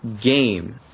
game